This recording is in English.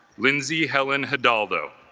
lindsay helen heldaldo